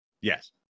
Yes